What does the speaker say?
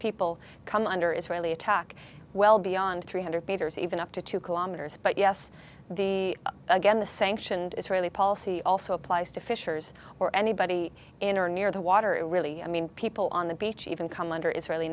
people come under israeli attack well beyond three hundred meters even up to two kilometers but yes the again the sanction israeli policy also applies to fishers or anybody in or near the water really i mean people on the beach even come under israeli